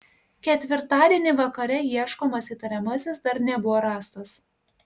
ketvirtadienį vakare ieškomas įtariamasis dar nebuvo rastas